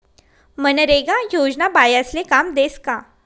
मनरेगा योजना बायास्ले काम देस का?